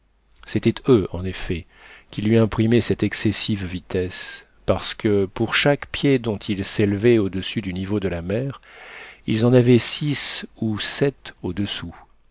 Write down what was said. c'étaient eux en effet qui lui imprimaient cette excessive vitesse parce que pour chaque pied dont ils s'élevaient au-dessus du niveau de la mer ils en avaient six ou sept au-dessous